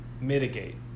mitigate